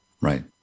Right